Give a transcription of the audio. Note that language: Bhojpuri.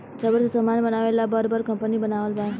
रबर से समान बनावे ला बर बर कंपनी लगावल बा